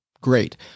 great